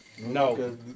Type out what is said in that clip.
No